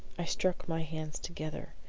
i struck my hands together.